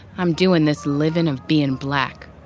i'm doing this living of being black.